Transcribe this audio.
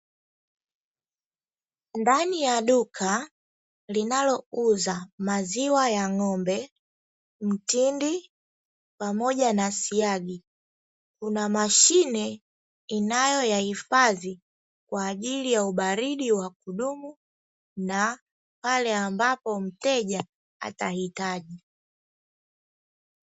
Ndani ya duka linalouza maziwa ya ng'ombe, mtindi pamoja na siagi, kuna mashine inayoyahifadhi kwa ajili ya ubaridi wa kudumu na pale ambapo mteja atahitaji.